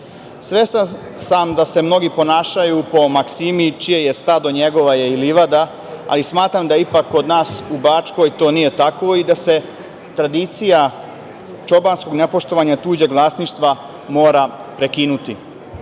štete? Svestan sam da se mnogi ponašaju po maksimi čije je stado njegova je i livada, ali smatram da ipak kod nas u Bačkoj to nije tako i da se tradicija čobanskog nepoštovanja tuđeg vlasništava mora prekinuti.